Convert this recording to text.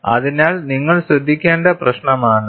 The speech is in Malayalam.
അതിനാൽ നിങ്ങൾ ശ്രദ്ധിക്കേണ്ട പ്രശ്നമാണിത്